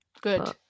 Good